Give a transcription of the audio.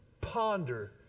ponder